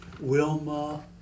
wilma